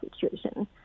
situation